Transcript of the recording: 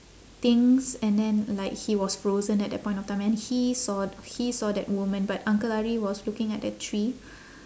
things and then like he was frozen at that point of time and he saw he saw that woman but uncle ari was looking at that tree